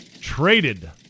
traded